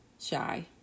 shy